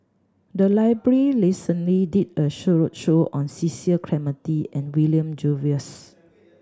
the library recently did a show show on Cecil Clementi and William Jervois